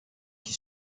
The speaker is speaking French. qui